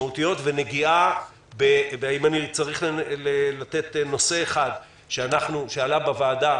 אם אני צריך לתת נושא אחד שעלה בוועדה,